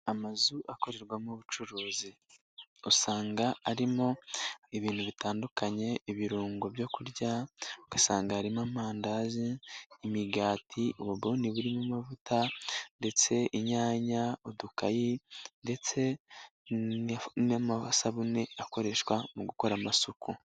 Amazu akorerwamo ubucuruzi usanga arimo ibintu bitandukanye ibirungo byo kurya, ugasanga harimo amandazi, imigati, ubuni burimo amavuta ndetse inyanya, udukayi ndetse n'amasabune akoreshwa mu gukora amasuku.